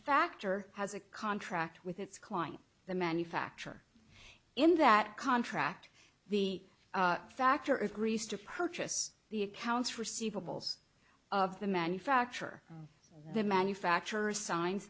factor has a contract with its client the manufacture in that contract the factor agrees to purchase the accounts receivables of the manufacturer the manufacturer signs